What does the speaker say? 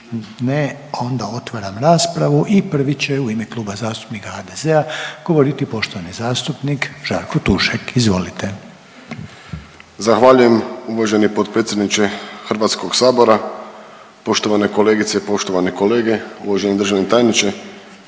Ne, onda otvaram raspravu i prvi će u ime Kluba zastupnika HDZ-a govoriti poštovani zastupnik Žarko Tušek. Izvolite. **Tušek, Žarko (HDZ)** Zahvaljujem uvaženi potpredsjedniče Hrvatskog sabora. Poštovane kolegice i poštovane kolege, uvaženi državni tajniče,